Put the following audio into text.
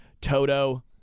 Toto